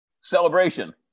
celebration